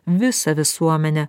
visą visuomenę